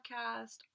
Podcast